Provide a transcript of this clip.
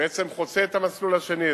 בעצם חוצה את המסלול השני,